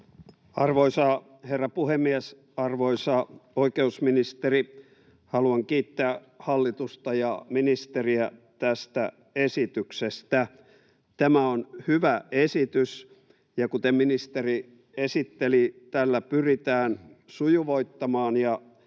Arvoisa herra puhemies! Arvoisa oikeusministeri! Haluan kiittää hallitusta ja ministeriä tästä esityksestä. Tämä on hyvä esitys, ja kuten ministeri esitteli, tällä pyritään sujuvoittamaan ja